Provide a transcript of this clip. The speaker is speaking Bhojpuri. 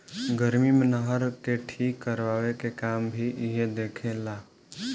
गर्मी मे नहर के ठीक करवाए के काम भी इहे देखे ला